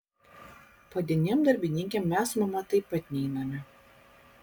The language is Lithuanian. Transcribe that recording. padienėm darbininkėm mes su mama taip pat neiname